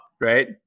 right